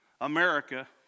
America